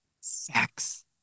sex